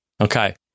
Okay